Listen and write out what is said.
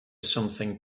something